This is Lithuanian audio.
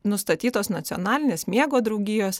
nustatytos nacionalinės miego draugijos